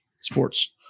sports